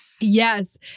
yes